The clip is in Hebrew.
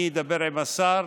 אני אדבר עם השר.